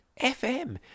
FM